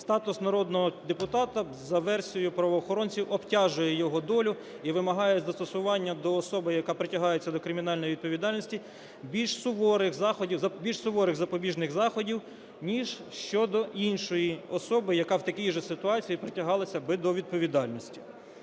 статус народного депутата, за версією правоохоронців, обтяжує його долю і вимагає застосування до особи, яка притягається до кримінальної відповідальності, більш суворих заходів… більш суворих запобіжних заходів, ніж щодо іншої особи, яка в такій же ситуації притягалася би до відповідальності.